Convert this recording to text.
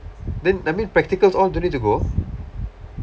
then that mean practicals all don't need to go